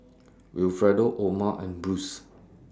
Wilfredo Oma and Bruce